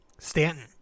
Stanton